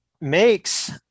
makes